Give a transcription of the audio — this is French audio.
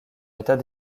état